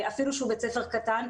אפילו שהוא בית ספר קטן,